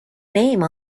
name